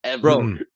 bro